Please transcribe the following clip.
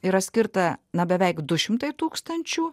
yra skirta na beveik du šimtai tūkstančių